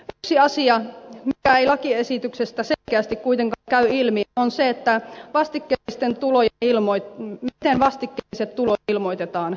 yksi asia mikä ei lakiesityksestä selkeästi kuitenkaan käy ilmi on se että hän osti kätisten tuloi ilmoitti yhteen miten vastikkeelliset tulot ilmoitetaan